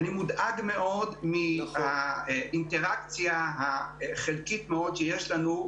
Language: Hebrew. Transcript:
אני מודאג מאוד מהאינטראקציה החלקית מאוד שיש לנו,